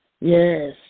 Yes